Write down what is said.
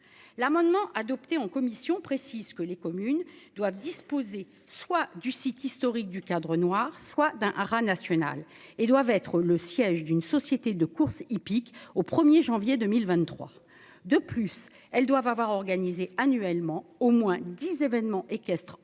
L'amendement adopté en commission précise que les communes doivent disposer soit du site historique du Cadre Noir soit d'un haras national et doivent être le siège d'une société de courses hippiques au 1er janvier 2023. De plus, elles doivent avoir organisé annuellement au moins 10 événements équestres en